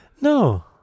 no